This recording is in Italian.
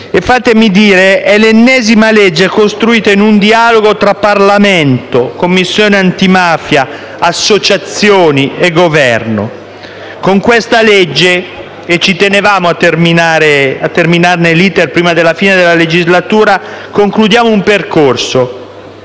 Fatemi dire che è l'ennesima legge costruita in un dialogo tra Parlamento, Commissione antimafia, associazioni e Governo. Con questo disegno di legge - e ci tenevamo a terminarne l'*iter* prima della fine della legislatura - concludiamo un percorso